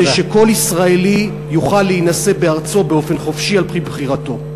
כדי שכל ישראלי יוכל להינשא בארצו באופן חופשי על-פי בחירתו.